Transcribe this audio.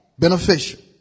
Beneficial